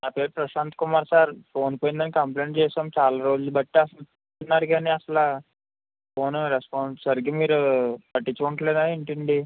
నా పేరు Prashanth Kumar sir phone పోయిందని కంప్లైంట్ చేసాం చాలా రోజులు బట్టి అసలు చెప్తున్నారు కానీ అసలు ఫోను రెస్పాన్స్ సరిగ్గా మీరు పట్టించుకోట్లేదా ఏంటండి